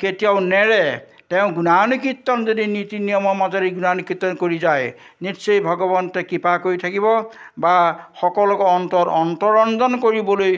কেতিয়াও নেৰে তেওঁ গুনানুকীৰ্তন যদি নীতি নিয়মৰ মাজেৰে গুনানুকীৰ্তন কৰি যায় নিশ্চয় ভগৱন্তই কৃপা কৰি থাকিব বা সকলোকে অন্ত অন্তৰঞ্জন কৰিবলৈ